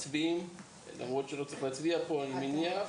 מצביעים למרות שלא צריך להצביע פה, אני מניח.